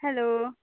hello